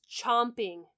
chomping